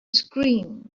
scream